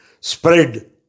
spread